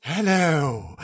Hello